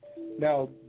Now